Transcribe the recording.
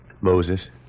Moses